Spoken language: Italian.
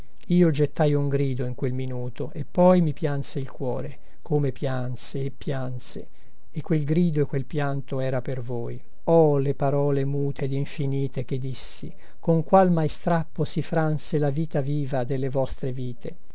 io gettai un grido in quel minuto e poi mi pianse il cuore come pianse e pianse e quel grido e quel pianto era per voi oh le parole mute ed infinite che dissi con qual mai strappo si franse la vita viva delle vostre vite